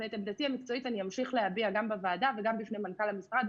ואת עמדתי המקצועית אני אמשיך להביע גם בוועדה וגם בפני מנכ"ל המשרד.